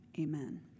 amen